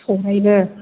सौरायबो